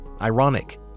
ironic